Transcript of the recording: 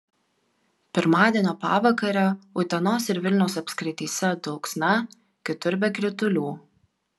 pirmadienio pavakarę utenos ir vilniaus apskrityse dulksna kitur be kritulių